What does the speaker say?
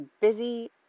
busy